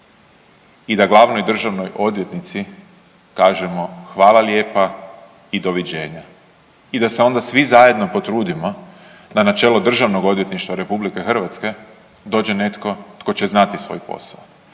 i da glavnoj državnoj odvjetnici kažemo hvala lijepa i doviđenja. I da se svi onda zajedno potrudimo da na čelo Državnog odvjetništva RH dođe netko tko će znati svoj posao.